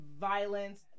violence